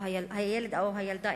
הילד או הילדה,